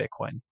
bitcoin